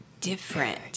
different